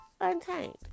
Untamed